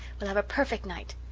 we'll have a perfect night.